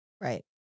Right